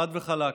חד וחלק.